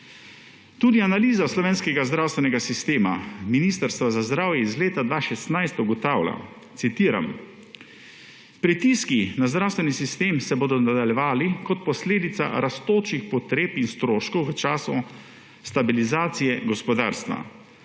Tudi analiza slovenskega zdravstvenega sistema Ministrstva za zdravje iz leta 2016 ugotavlja, citiram: »Pritiski na zdravstveni sistem se bodo nadaljevali kot posledica rastočih potreb in stroškov v času stabilizacije gospodarstva,